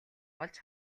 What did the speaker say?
олж